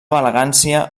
elegància